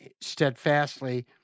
steadfastly